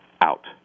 out